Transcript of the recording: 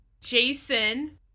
Jason